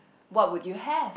what would you have